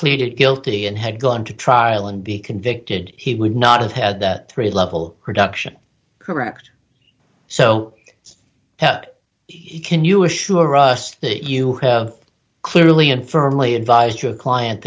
pleaded guilty and had gone to trial and be convicted he would not have had that three level production correct so he can you assure us that you have clearly and firmly advise your client